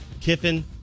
Kiffin